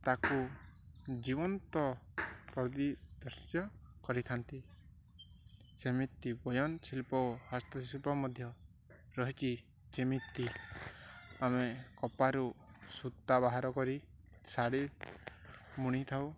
ତାକୁ ଜୀବନ୍ତ ପରି ଦୃଶ୍ୟ କରିଥାନ୍ତି ସେମିତି ବୟନଶିଳ୍ପ ଓ ହସ୍ତଶିଳ୍ପ ମଧ୍ୟ ରହିଛି ଯେମିତି ଆମେ କପାରୁ ସୂତା ବାହାର କରି ଶାଢ଼ୀ ବୁଣିଥାଉ